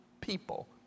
people